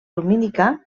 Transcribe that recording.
lumínica